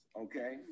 okay